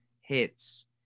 hits